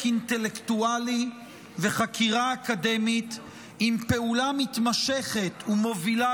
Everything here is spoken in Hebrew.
אינטלקטואלי וחקירה אקדמית עם פעולה מתמשכת ומובילה